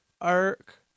arc